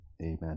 Amen